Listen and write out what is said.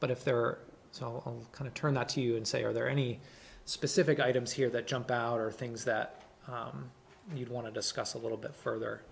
but if there are so kind of turn that to you and say are there any specific items here that jump out are things that you'd want to discuss a little bit further